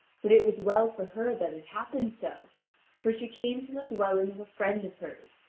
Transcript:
but it was well for her that it happened so for she came to the dwelling of a friend of hers,